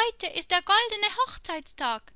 heute ist der goldene hochzeitstag